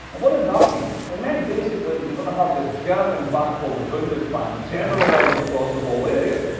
and what did that mean? it meant basically that you're going to have this german bank called the bundesbank generalized across the whole area.